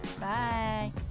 bye